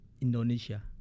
Indonesia